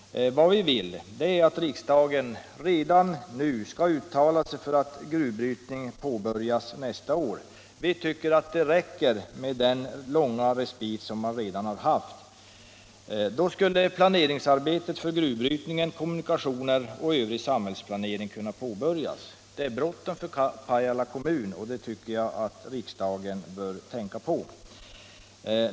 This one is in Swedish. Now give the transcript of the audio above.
Vad vi vill är att riksdagen redan nu skall uttala sig för att gruvbrytning påbörjas nästa år — vi tycker att det räcker med den långa respit som man redan har haft. Då skulle planeringsarbetet för gruvbrytning och kommunikationer samt övrig samhällsplanering kunna påbörjas. Det är bråttom för Pajala kommun, och det tycker jag att riksdagen bör tänka på.